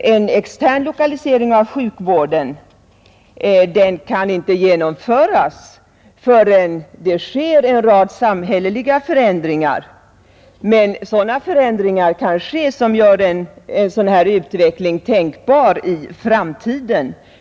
en extern lokalisering av sjukvård inte kan genomföras förrän en rad samhälleliga ändringar inträffar. Men det kan ske sådana förändringar som gör en dylik utveckling tänkbar i framtiden.